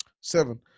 Seven